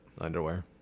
Underwear